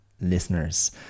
listeners